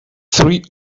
three